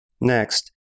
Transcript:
Next